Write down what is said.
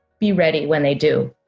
be ready when they do.